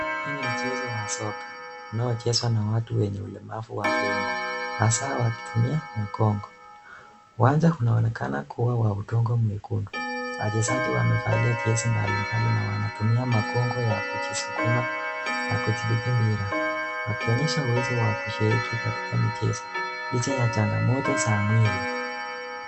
Huu ni mchezo wa soka unaochezwa na watu wenye ulemavu wa viungo hasa wakitumia mkongo. Uwanja unaonekana kuwa wa udongo mwekundu, wachezaji wamevalia jezi balibali na wanatumia makongo kujisukuma na kucheza mpira. wakionyesha uwezo wa kushiriki katika michezo licha ya changamoto za mwili.